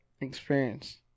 experience